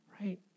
right